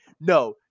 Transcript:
No